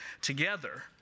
together